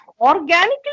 organically